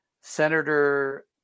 Senator